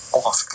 off